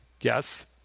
Yes